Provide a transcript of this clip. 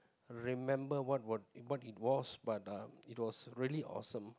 remember what it was but it was very awesome